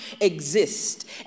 exist